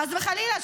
חס וחלילה,